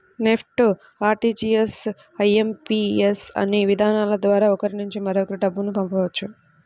NEFT, RTGS, IMPS అనే విధానాల ద్వారా ఒకరి నుంచి మరొకరికి డబ్బును పంపవచ్చు